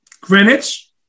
Greenwich